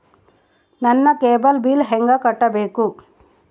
ನನ್ನ cable bill ಹೆಂಗ ಕಟ್ಟಬೇಕು?